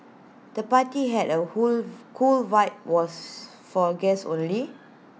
the party had A cool vibe was for guests only